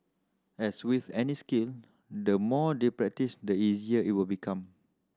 as with any skill the more they practise the easier it will become